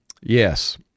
Yes